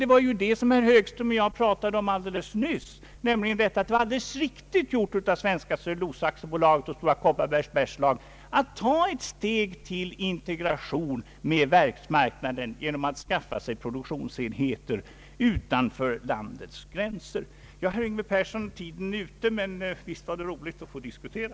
Det var ju detta som herr Högström och jag pratade om alldeles nyss, nämligen att det var rätt handlat av Svenska cellulosabolaget och Stora Kopparbergs bergslag att ta ett steg till integration med världsmarknaden genom att skaffa sig produktionsenheter utanför landets gränser. Herr Yngve Persson, tiden är ute, men visst var det roligt att få diskutera.